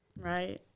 Right